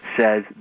says